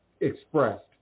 expressed